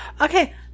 Okay